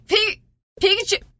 Pikachu